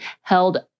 held